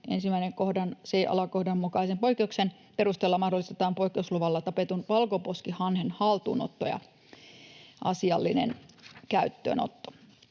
1 kohdan c alakohdan mukaisen poikkeuksen perusteella mahdollistetaan poikkeusluvalla tapetun valkoposkihanhen haltuunotto ja asiallinen käyttöönotto”.